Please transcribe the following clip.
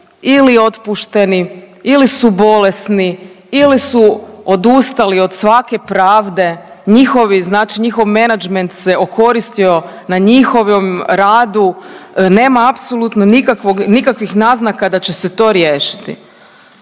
ili otpušteni ili su bolesni ili su odustali od svake pravde. Njihovi, znači njihov menadžment se okoristio na njihovom radu. Nema apsolutno nikakvih naznaka da će se to riješiti,